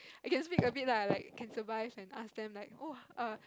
I can speak a bit lah like can survive and ask them like !woah!